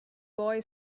boy